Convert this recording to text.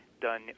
done